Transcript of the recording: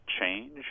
change